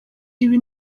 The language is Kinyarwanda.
ibi